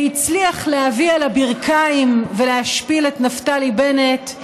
והצליח להביא על הברכיים ולהשפיל את נפתלי בנט,